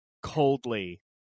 coldly